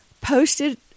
posted –